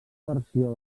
versió